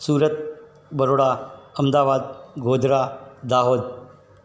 Surat Baroda Ahmedabad Godhra Dahod